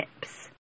tips